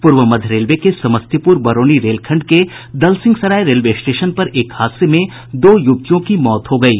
पूर्व मध्य रेलवे के समस्तीपुर बरौनी रेलखंड के दलसिंहसराय रेलवे स्टेशन पर एक हादसे में दो युवतियों की मौत हो गयी